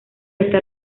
esta